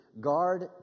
guard